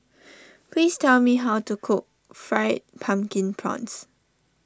please tell me how to cook Fried Pumpkin Prawns